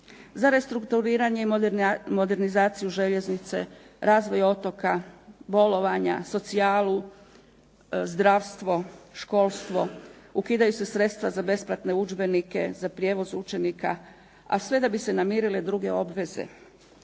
za restrukturiranje i modernizaciju željeznice, razvoj otoka, bolovanja, socijalu, zdravstvo, školstvo, ukidaju se sredstva za besplatne udžbenike, za prijevoz učenika, a sve da bi se namirile druge obveze.